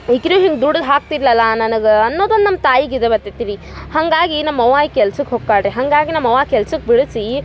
ಈಕಿನು ಹಿಂಗೆ ದುಡದು ಹಾಕ್ತಿದ್ಲ ಅಲ್ಲಾ ನನಗೆ ಅನ್ನೋದು ನಮ್ಮ ತಾಯಿಗೆ ಇದ ಬರ್ತೈತೆ ರೀ ಹಾಗಾಗಿ ನಮ್ಮವ್ವ ಈಗ ಕೆಲ್ಸಕ್ಕೆ ಹೊಕ್ಕಾಳ ರೀ ಹಾಗಾಗಿ ನಮ್ಮವ್ವ ಕೆಲ್ಸಕ್ಕೆ ಬಿಡಸಿ